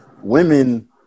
Women